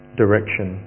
direction